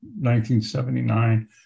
1979